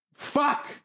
Fuck